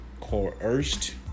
coerced